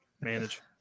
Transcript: manage